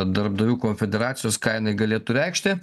darbdavių konfederacijos ką jinai galėtų reikšti